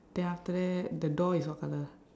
then after that the door is what colour